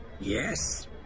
Yes